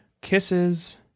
kisses